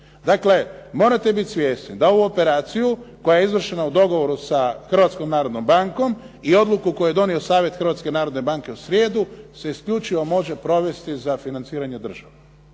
Dakle, morate bit svjesni da ovu operaciju koja je izvršena u dogovoru sa Hrvatskom narodnom bankom i odluku koju je donio Savjet Hrvatske narodne banke u srijedu se isključivo može provesti za financiranje država.